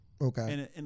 Okay